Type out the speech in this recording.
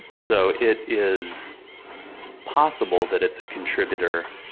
so, it is possible that it's a contributor